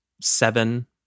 seven